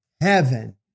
heaven